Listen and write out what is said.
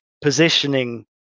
positioning